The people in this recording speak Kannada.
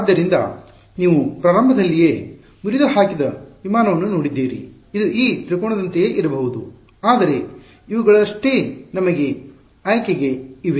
ಆದ್ದರಿಂದ ನೀವು ಪ್ರಾರಂಭದಲ್ಲಿಯೇ ಮುರಿದು ಹಾಕಿದ ವಿಮಾನವನ್ನು ನೋಡಿದ್ದೀರಿ ಇದು ಈ ತ್ರಿಕೋನದಂತೆಯೇ ಇರಬಹುದು ಆದರೆ ಇವುಗಳಷ್ಟೇ ನಮಗೆ ಆಯ್ಕೆಗೆ ಇವೆ